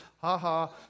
Ha-ha